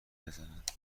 بزنند